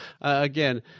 again